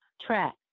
track